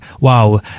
Wow